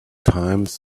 times